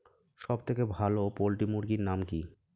সবথেকে ভালো পোল্ট্রি মুরগির নাম কি?